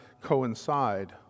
coincide